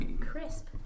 crisp